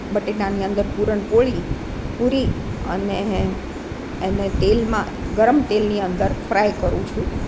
બટેટાની અંદર પૂરણ પોળી પૂરી અને એને તેલમાં ગરમ તેલની અંદર ફ્રાય કરું છું